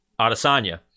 Adesanya